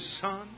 Son